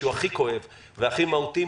שהוא הכי כואב והכי מהותי,